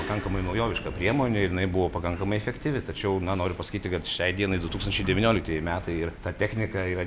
pakankamai naujoviška priemonė ir jinai buvo pakankamai efektyvi tačiau na noriu pasakyti kad šiai dienai du tūkstančiai devynioliktieji metai ir ta technika yra